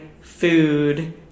food